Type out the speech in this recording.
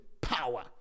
power